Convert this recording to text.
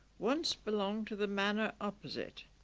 once belonged to the manor opposite